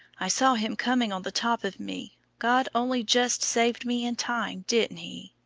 i saw him coming on the top of me. god only just saved me in time, didn't he?